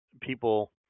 people